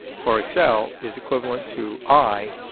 for excel is equivalent to i,